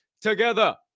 together